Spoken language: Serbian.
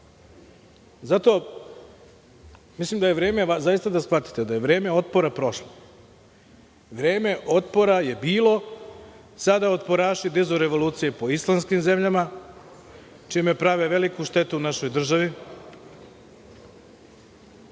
mislim da je vreme zaista da shvatite da je vreme Otpora prošlo. Vreme Otpora je bilo. Sada otporaši dižu revolucije po islamskim zemljama, čime prave veliku štetu našoj državi.